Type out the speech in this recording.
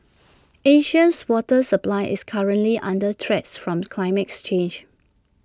Asia's water supply is currently under threat from climate change